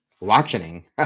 watching